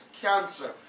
cancer